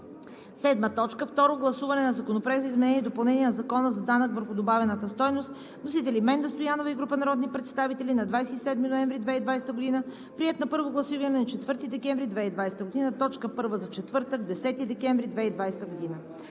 2020 г. 7. Второ гласуване на Законопроекта за изменение и допълнение на Закона за данък върху добавената стойност. Вносители – Менда Стоянова и група народни представители на 27 ноември 2020 г. Приет на първо гласуване на 4 декември 2020 г. – точка първа за четвъртък, 10 декември 2020 г.